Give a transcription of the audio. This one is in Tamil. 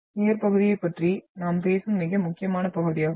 ஷியர் பகுதியைப் பற்றி நாம் பேசும் மிக முக்கியமான பகுதியாகும்